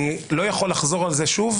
אני לא יכול לחזור על זה שוב,